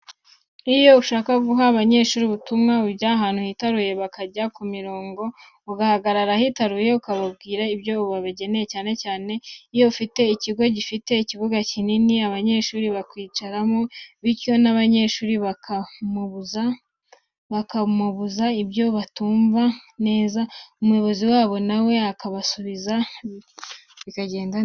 Iyo ushaka guha abanyeshuri ubutumwa, ujya ahantu hitaruye bakajya ku mirongo agahagarara ahitaruye akababwira ibyo yabageneye, cyane iyo ufite ikigo gifite ibibuga bigari abanyeshuri bakwicaramo, bityo n'abanyeshuri bakamubaza ibyo batumva neza, umuyobozi wabo na we akabasubiza bikagenda neza.